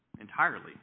entirely